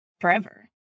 forever